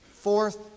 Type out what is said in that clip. Fourth